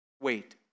Wait